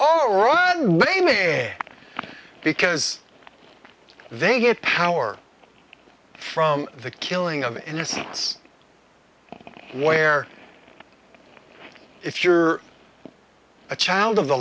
they may because they get power from the killing of innocents where if you're a child of the